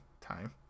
Time